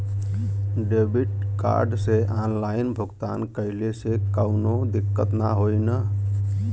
Debit card से online भुगतान कइले से काउनो दिक्कत ना होई न?